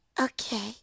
Okay